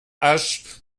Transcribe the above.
hache